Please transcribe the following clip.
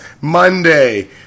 Monday